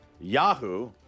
Yahoo